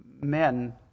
men